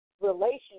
relationship